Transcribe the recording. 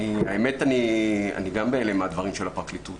האמת היא שאני גם בהלם מהדברים של הפרקליטות.